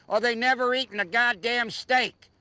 are they never eating a goddamn steak?